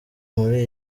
muri